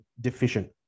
deficient